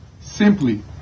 simply